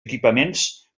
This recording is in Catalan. equipaments